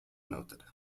noted